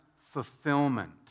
fulfillment